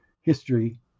history